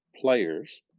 players